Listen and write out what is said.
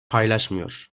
paylaşmıyor